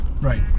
Right